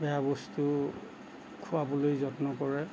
বেয়া বস্তু খোৱাবলৈ যত্ন কৰে